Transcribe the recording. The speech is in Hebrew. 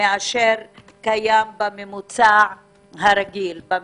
מאשר קיים בממוצע הרגיל במדינה.